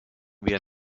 wir